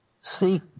seek